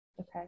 Okay